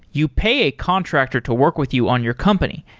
you pay a contractor to work with you on your company.